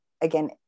again